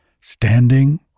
standing